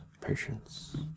patience